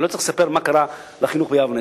אני לא צריך לספר מה קרה לחינוך ביבנה,